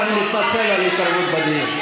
ואני מתנצל על ההתערבות בדיון.